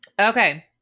okay